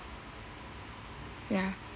ya